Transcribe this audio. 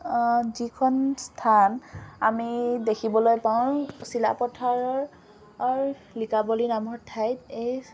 যিখন স্থান আমি দেখিবলৈ পাওঁ চিলাপথাৰৰৰ লিকাবালী নামৰ ঠাইত এই